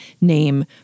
name